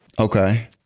okay